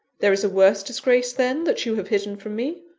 there is a worse disgrace then that you have hidden from me,